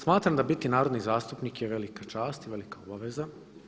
Smatram da biti narodni zastupnik je velika čast i velika obaveza.